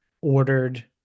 ordered